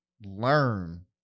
learn